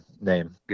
name